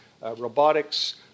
robotics